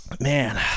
Man